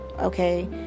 okay